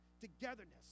togetherness